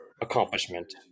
accomplishment